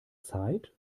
zeit